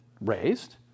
raised